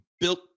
built